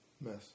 mess